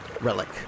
relic